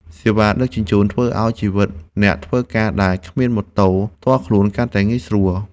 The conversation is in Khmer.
សេវាដឹកជញ្ជូន ធ្វើឱ្យជីវិតអ្នកធ្វើការដែលគ្មានម៉ូតូផ្ទាល់ខ្លួនកាន់តែងាយស្រួល។